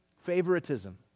favoritism